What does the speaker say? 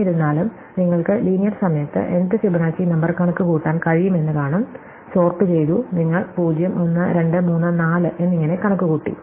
എന്നിരുന്നാലും നിങ്ങൾക്ക് ലീനിയർ സമയത്ത് nth ഫിബൊനാച്ചി നമ്പർ കണക്കുകൂട്ടാൻ കഴിയുമെന്ന് കാണും സോർട്ട് ചെയ്തു നിങ്ങൾ 0 1 2 3 4 എന്നിങ്ങനെ കണക്കുകൂട്ടി